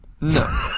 No